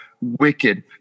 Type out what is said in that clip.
wicked